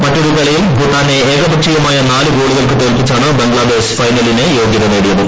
മറ്റൊരു സെമിയിൽ ഭൂട്ടാനെ ഏകപക്ഷീയമായ നാലു ഗോളുകൾക്ക് തോൽപിച്ചാണ് ബംഗ്ലാദേശ് ഫൈനലിന് യോഗ്യത നേടിയത്